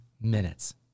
minutes